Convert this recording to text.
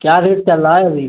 क्या रेट चल रहा है अभी